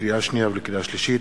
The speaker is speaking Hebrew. לקריאה שנייה ולקריאה שלישית: